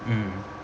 mm